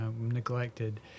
neglected